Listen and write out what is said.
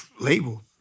label